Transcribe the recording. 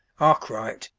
arkwright,